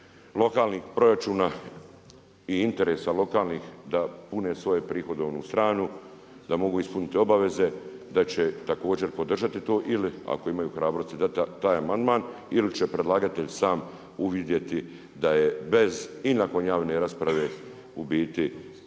lokalnih proračuna i interesa lokalnih da pune svoju prihodovnu stranu, da mogu ispuniti obaveze, da će također podržati to ili ako imaju hrabrosti dati taj amandman ili će predlagatelj sam uvidjeti da je bez i nakon javne rasprave u biti